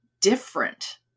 different